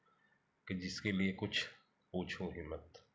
कि जिसके लिए कुछ पूछो ही मत